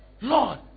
Lord